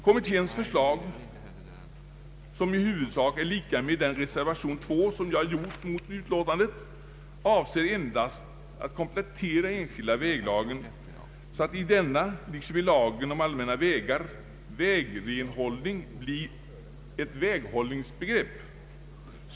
Kommitténs förslag, som i huvudsak är lika med den reservation II som jag gjort mot utlåtandet, avser endast att komplettera lagen om enskilda vägar så att i denna, liksom i lagen om allmänna vägar, vägrenhållning blir ett väghållningsbegrepp.